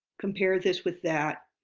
compare this with that,